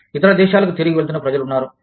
ఇతర దేశాలకు తిరిగి వెళుతున్న ప్రజలు ఉన్నారు